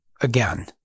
again